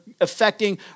affecting